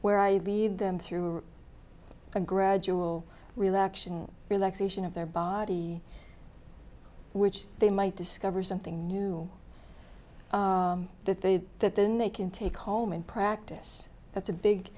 where i lead them through a gradual real action relaxation of their body which they might discover something new that they that then they can take home and practice that's a big